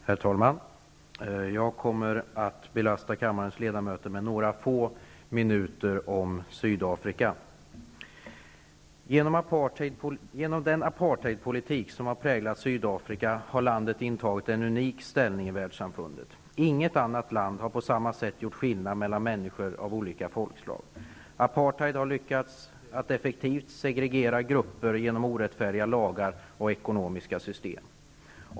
Herr talman! Jag kommer att belasta kammarens ledmöter med några få minuter om Sydafrika. Genom den apartheidpolitik som präglat Sydafrika har landet intagit en unik ställning i världssamfundet. Inget annat land har på samma sätt gjort skillnad mellan människor av olika folkslag. Apartheid har lyckats att effektivt segregera grupper genom orättfärdiga lagar och ekonomiska system.